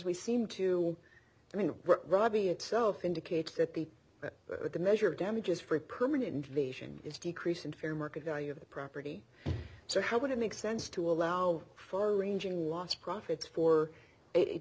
we seem to i mean robbie itself indicates that the that the measure damages for a permanent invasion is decrease in fair market value of property so how would it make sense to allow far ranging loss profits for